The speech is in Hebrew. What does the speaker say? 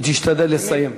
ותשתדל לסיים.